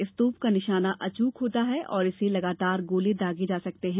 इस तोप का निशाना अच्रक होता है और इससे लगातार गोले दागे जा सकते हैं